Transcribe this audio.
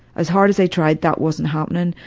as hard as they tried that wasn't happening.